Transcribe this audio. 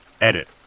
Edit